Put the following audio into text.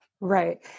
Right